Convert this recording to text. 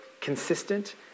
consistent